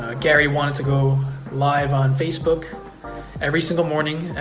ah gary wanted to go live on facebook every single morning,